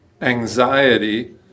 anxiety